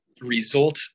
result